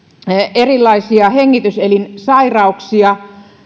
erilaisia hengityselinsairauksia